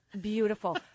beautiful